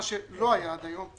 מה שלא היה עד היום.